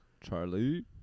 charlie